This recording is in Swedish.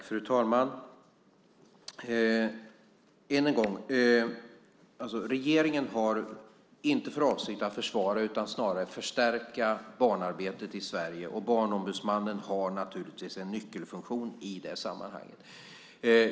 Fru talman! Än en gång vill jag säga att regeringen inte har för avsikt att försvaga barnarbetet i Sverige utan snarare att förstärka det. Barnombudsmannen har naturligtvis en nyckelfunktion i det sammanhanget.